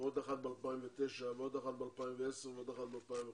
עוד אחת ב-2009, עוד אחת ב-2010, עוד אחת ב-2015,